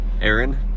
Aaron